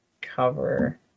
cover